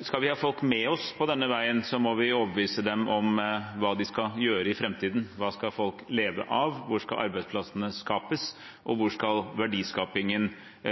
Skal vi ha folk med oss på denne veien, må vi overbevise dem om hva de skal gjøre i framtiden. Hva skal folk leve av? Hvor skal arbeidsplassene skapes? Hvor skal verdiskapingen